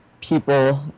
people